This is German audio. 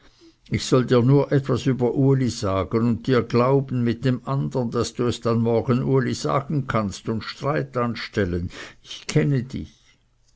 ich soll dir nur etwas über uli sagen und dir glauben mit dem andern daß du es dann morgen uli sagen kannst und streit anstellen ich kenne dich